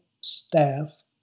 staff